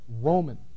Roman